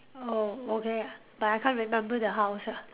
oh okay but I can't remember the house ah